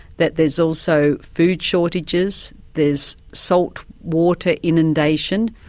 that there's also food shortages, there's salt water inundation.